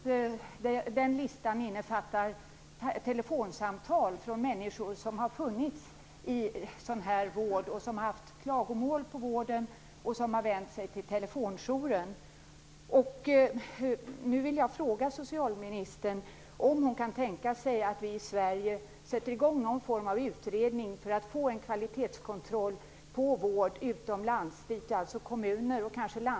Det är en lista som innefattar telefonsamtal från människor som funnits i sådan här vård och som har haft klagomål på vården och vänt sig till telefonjouren.